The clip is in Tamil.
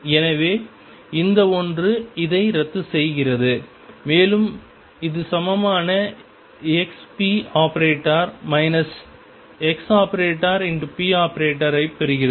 எனவே இந்த ஒன்று இதை ரத்துசெய்கிறது மேலும் இது சமமான⟨xp⟩ ⟨x⟩⟨p⟩ ஐப் பெறுகிறது